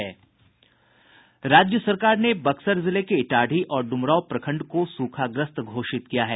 राज्य सरकार ने बक्सर जिले के इटाढ़ी और डुमरांव प्रखंड को सूखाग्रस्त घोषित किया है